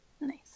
nice